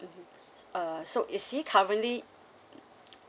mmhmm err so is he currently